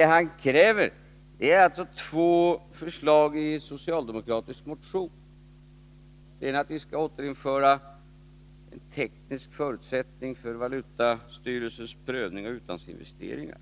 han kräver gäller alltså två förslag i en socialdemokratisk motion. Det ena är att vi skall återinföra en teknisk förutsättning för valutastyrelsens prövning av utlandsinvesteringar.